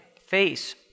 face